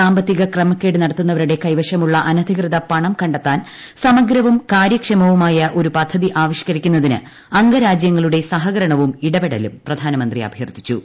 സാമ്പത്തിക ക്രമക്കേടു നടത്തുന്നവരുടെ കൈവശമുളള അനധ്ധികൃത പണം കണ്ടെത്താൻ സമഗ്രവും കാര്യക്ഷമവുമായ ഒരു പദ്ധതി ആവിഷ്കരിക്കുന്നതിന് അംഗരാജ്യങ്ങളുടെ സഹകരണവും ഇടപെടലും പ്രധാനമന്ത്രി അഭൃർത്ഥിച്ചു